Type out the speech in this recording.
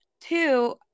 two